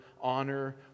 honor